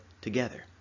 together